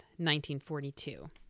1942